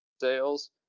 sales